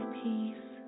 peace